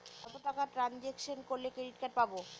কত টাকা ট্রানজেকশন করলে ক্রেডিট কার্ড পাবো?